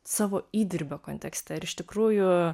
savo įdirbio kontekste ar iš tikrųjų